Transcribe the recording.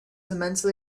immensely